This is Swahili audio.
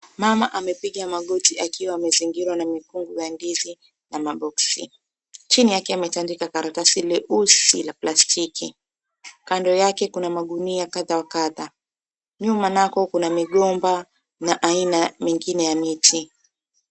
Mama amepiga magoti akiwa amezingirwa na mifungu ya ndizi na maboksi. Chini yake ametandika karatasi leusi la plastiki, kando yake kuna magunia kadhaa wa kadhaa. Nyuma nako kuna migomba na aina mingine ya miti.